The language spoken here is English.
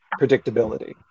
predictability